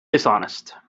dishonest